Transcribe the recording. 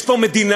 יש פה מדינה,